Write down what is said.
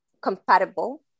compatible